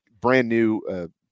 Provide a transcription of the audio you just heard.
brand-new